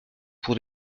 pour